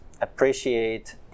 appreciate